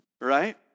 Right